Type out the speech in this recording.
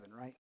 right